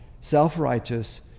self-righteous